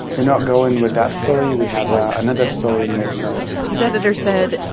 we're not going with that story. we have another story in mosul his editor said,